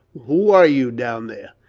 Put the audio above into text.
who are you down there?